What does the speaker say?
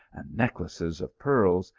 and neck laces of pearls,